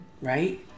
right